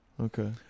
Okay